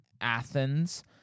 Athens